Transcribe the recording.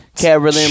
Carolyn